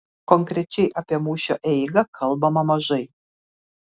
konkrečiai apie mūšio eigą kalbama mažai